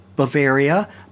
Bavaria